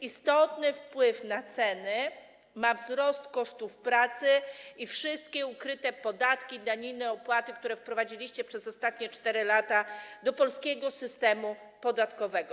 Istotny wpływ na ceny ma wzrost kosztów pracy i wszystkie ukryte podatki, daniny, opłaty, które wprowadziliście przez ostatnie 4 lata do polskiego systemu podatkowego.